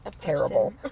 terrible